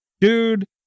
dude